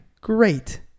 great